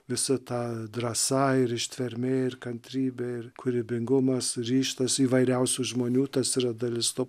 visa ta drąsa ir ištvermė ir kantrybė ir kūrybingumas ryžtas įvairiausių žmonių tas yra dalis to